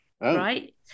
right